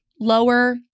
lower